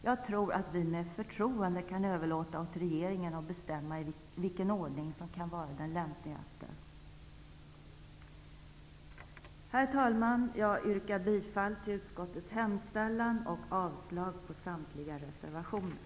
Jag anser att vi med förtroende kan överlåta åt regeringen att bestämma vilken ordning som kan vara den lämpligaste. Herr talman! Jag yrkar bifall till utskottets hemställan och avslag på samtliga reservationer.